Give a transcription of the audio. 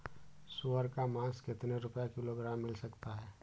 सुअर का मांस कितनी रुपय किलोग्राम मिल सकता है?